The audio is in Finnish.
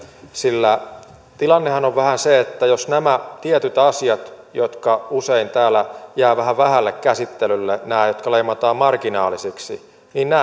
sillä tilannehan on vähän se että nämä tietyt asiat jotka usein täällä jäävät vähän vähälle käsittelylle nämä jotka leimataan marginaalisiksi